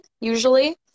usually